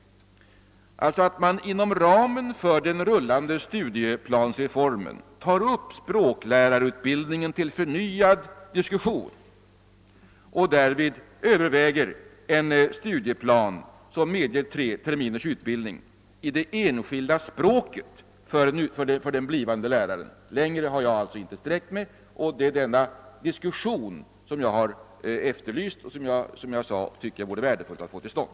Man skulle alltså inom ramen för den rullande studieplansreformen ta upp språklärarutbildningen = till förnyad diskussion och då överväga en studieplan som medger tre terminers utbildning i det enskilda språket för den blivande läraren. Längre har jag inte sträckt mig. Det är den diskussionen jag har efterlyst och som jag tycker det vore värdefullt att få till stånd.